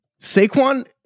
Saquon